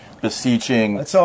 beseeching